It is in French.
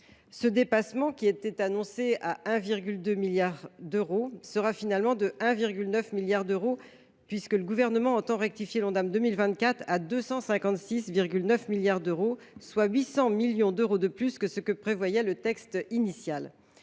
Ce dépassement, qui était annoncé à 1,2 milliard d’euros, sera finalement de 1,9 milliard d’euros, puisque le Gouvernement entend porter l’Ondam 2024 à 256,9 milliards d’euros, soit 800 millions d’euros de plus que ce qui était prévu dans le texte initial.